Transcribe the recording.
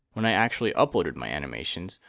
when i actually uploaded my animations,